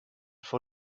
for